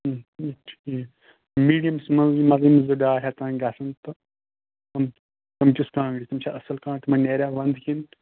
ٹھیٖک میٖڈیَمَس منٛز ما زٕ ڈاے ہَتھ تانۍ گَژَھن تہٕ تِم تِم کِژھ کانٛگٕرِ تِم چھا اَصٕل کانٕٛگرِ تِمَن نیرِیا وَنٛدٕ کِنہٕ